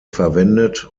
verwendet